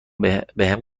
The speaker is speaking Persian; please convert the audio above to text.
بهم